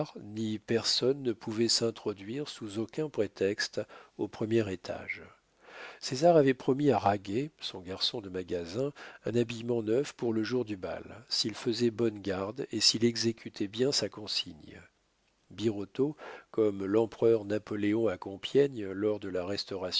ni personne ne pouvait s'introduire sous aucun prétexte au premier étage césar avait promis à raguet son garçon de magasin un habillement neuf pour le jour du bal s'il faisait bonne garde et s'il exécutait bien sa consigne birotteau comme l'empereur napoléon à compiègne lors de la restauration